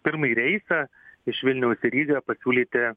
pirmąjį reisą iš vilniaus į rygą pasiūlyti